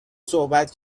صحبت